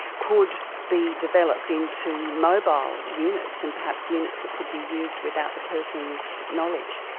could be developed into mobile units and perhaps units that could be used without the person's knowledge.